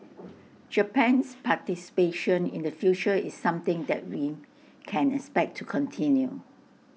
Japan's participation in the future is something that we can expect to continue